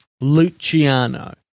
Luciano